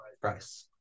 Price